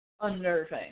unnerving